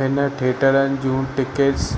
हिन थिएटरनि जूं टिकेट्स